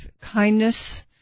kindness